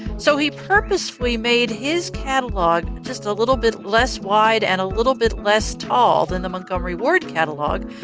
so he purposefully made his catalog just a little bit less wide and a little bit less tall than the montgomery ward catalog,